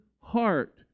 heart